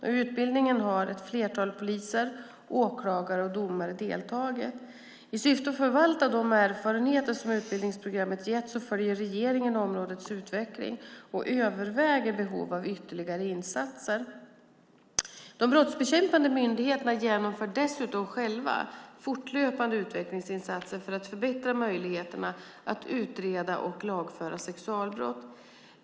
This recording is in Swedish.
I utbildningen har ett flertal poliser, åklagare och domare deltagit. I syfte att förvalta de erfarenheter som utbildningsprogrammet gett, följer regeringen områdets utveckling och överväger behovet av ytterligare insatser. De brottsbekämpande myndigheterna genomför dessutom själva fortlöpande utvecklingsinsatser för att förbättra möjligheterna att utreda och lagföra sexualbrott.